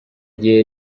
gihe